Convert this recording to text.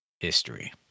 history